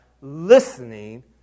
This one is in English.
listening